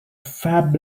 fab